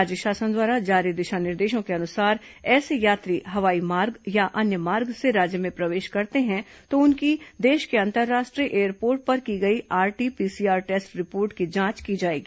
राज्य शासन द्वारा जारी दिशा निर्देशों के अनुसार ऐसे यात्री हवाई मार्ग या अन्य मार्ग से राज्य में प्रवेश करते हैं तो उनकी देश के अंतर्राष्ट्रीय एयरपोर्ट पर की गई आरटी पीसीआर टेस्ट रिपोर्ट की जांच की जाएगी